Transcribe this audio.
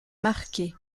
marquée